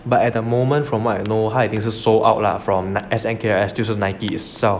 but at the moment from what I know 他已经是 sold out lah from snk 就是 Nike itself